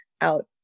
out